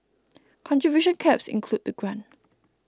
contribution caps include the grant